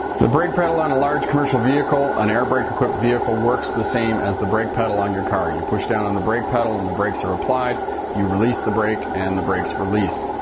the brake pedal on a large commercial vehicle an air brake equipped vehicle works the same as the brake pedal on your car. you push down on the brake pedal and the brakes are applied you release the brake and the brakes release.